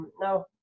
now